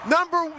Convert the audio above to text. Number –